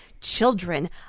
Children